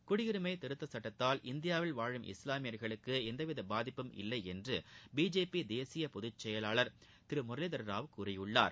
குடியுரிமை திருத்தச் சுட்டத்தால் இந்தியாவில் வாழும் இஸ்லாமியர்களுக்கு எந்தவித பாதிப்பும் இல்லை என்று பிஜேபி தேசிய பொதுச் செயலாளர் முரளிதர ராவ் கூறியுள்ளார்